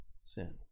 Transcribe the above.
sin